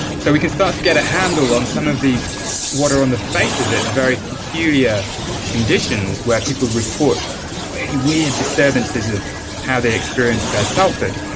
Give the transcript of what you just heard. so we can start to get a handle on some of these water on the face of it, very peculiar conditions where people report pretty weird disturbances of how they experienced their selfhood,